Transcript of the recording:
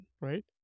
right